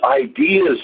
ideas